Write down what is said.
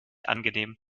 angenehm